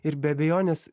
ir be abejonės